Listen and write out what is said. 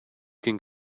can